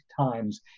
times